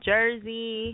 Jersey